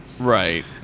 Right